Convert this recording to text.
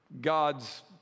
God's